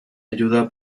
ayuda